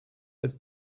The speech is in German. als